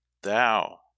Thou